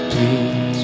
Please